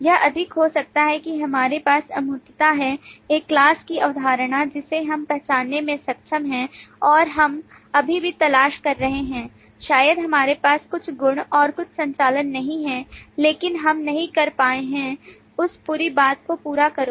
यह अधिक हो सकता है कि हमारे पास अमूर्तता है एक class की अवधारणा जिसे हम पहचानने में सक्षम हैं और हम अभी भी तलाश कर रहे हैं शायद हमारे पास कुछ गुण और कुछ संचालन नहीं हैं लेकिन हम नहीं कर पाए हैं उस पूरी बात को पूरा करो